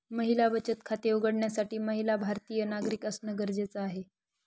महिला बचत खाते उघडण्यासाठी महिला भारतीय नागरिक असणं गरजेच आहे